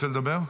רוצה לדבר?